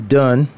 done